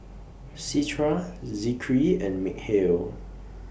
Citra Zikri and Mikhail